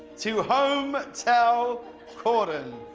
to home-tel corden.